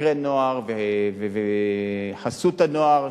חוקרי נוער וחסות הנוער,